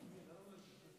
קראת?